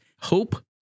HOPE